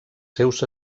seus